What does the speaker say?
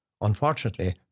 Unfortunately